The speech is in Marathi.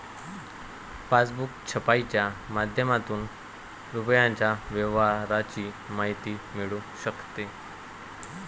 पासबुक छपाईच्या माध्यमातून रुपयाच्या व्यवहाराची माहिती मिळू शकते